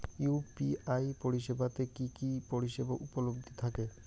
UPI পরিষেবা তে কি কি পরিষেবা উপলব্ধি থাকে?